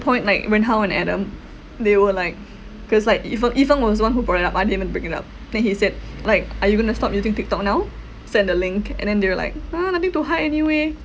point like wen hao and adam they were like cause like yi feng yi feng was the one who brought it up I didn't bring it up then he said like are you going to stop using tiktok now send the link and then they were like a'ah nothing to hide anyway